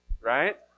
right